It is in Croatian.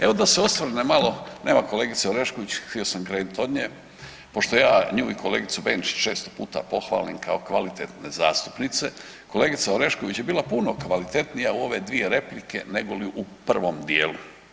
Evo da se osvrnem malo, nema kolegice Orešković htio sam krenuti od nje, pošto ja nju i kolegicu Benčić često puta pohvalim kao kvalitetne zastupnice, kolegica Orešković je bila puno kvalitetnija u ove dvije replike negoli u prvom dijelu.